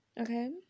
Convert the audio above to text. Okay